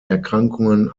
erkrankungen